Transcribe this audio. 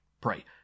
Pray